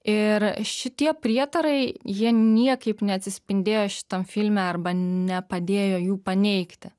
ir šitie prietarai jie niekaip neatsispindėjo šitam filme arba nepadėjo jų paneigti